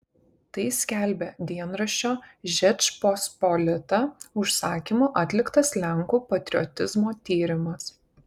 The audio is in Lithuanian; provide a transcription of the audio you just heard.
tai skelbia dienraščio žečpospolita užsakymu atliktas lenkų patriotizmo tyrimas